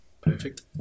Perfect